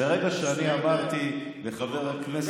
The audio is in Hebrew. ברגע שאני אמרתי לחבר הכנסת,